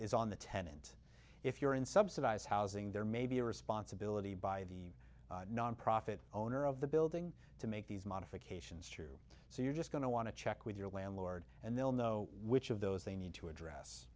is on the tenant if you're in subsidized housing there may be a responsibility by the nonprofit owner of the building to make these modifications true so you're just going to want to check with your landlord and they'll know which of those they need to address